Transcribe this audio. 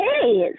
Hey